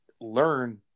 learn